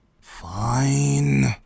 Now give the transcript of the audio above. Fine